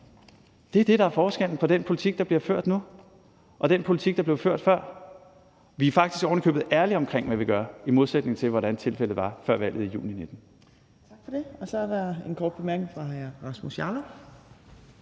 Det er det, der er forskellen på den politik, der bliver ført nu, og den politik, der blev ført før, vi er faktisk ovenikøbet ærlige om, hvad vi gør, i modsætning til hvordan tilfældet var før valget i juni 2019. Kl. 14:28 Tredje næstformand